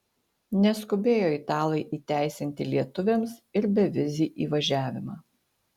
neskubėjo italai įteisinti lietuviams ir bevizį įvažiavimą